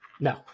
No